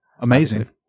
Amazing